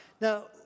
Now